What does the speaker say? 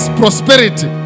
prosperity